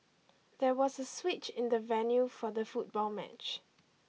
there was a switch in the venue for the football match